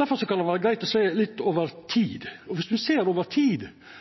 Difor kan det vera greitt å sjå dette over litt tid. Dersom ein ser over tid